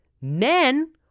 Men